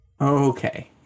Okay